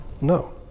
No